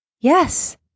Yes